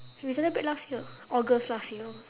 we celebrate last year august last year